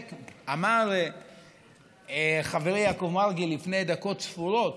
אמר חברי יעקב מרגי לפני דקות ספורות